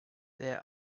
their